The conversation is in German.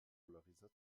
polarisation